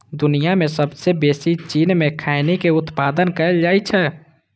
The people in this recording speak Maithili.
दुनिया मे सबसं बेसी चीन मे खैनी के उत्पादन कैल जाइ छै